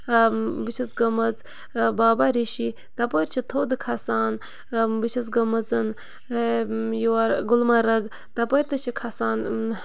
بہٕ چھَس گٔمٕژ بابا رِشی تَپٲرۍ چھِ تھوٚد کھَسان بہٕ چھَس گٔمٕژَن یور گُلمَرٕگ تَپٲرۍ تہِ چھِ کھَسان